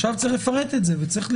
עכשיו צריך לפרט את זה ולקבוע.